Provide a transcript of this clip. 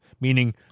meaning